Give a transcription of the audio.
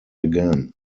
again